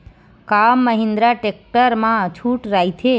का महिंद्रा टेक्टर मा छुट राइथे?